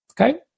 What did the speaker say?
Okay